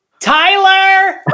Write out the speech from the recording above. Tyler